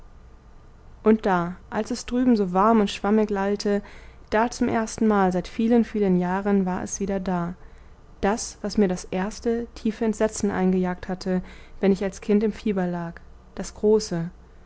und da als es drüben so warm und schwammig lallte da zum erstenmal seit vielen vielen jahren war es wieder da das was mir das erste tiefe entsetzen eingejagt hatte wenn ich als kind im fieber lag das große